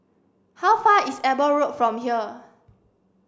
how far away is Eber Road from here